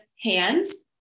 hands